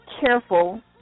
careful